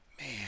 Man